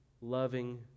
loving